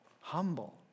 humble